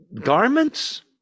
garments